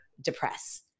depress